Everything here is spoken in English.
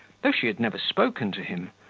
though she had never spoken to him,